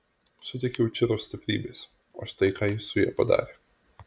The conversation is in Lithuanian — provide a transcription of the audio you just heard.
suteikiau čiro stiprybės o štai ką ji su ja padarė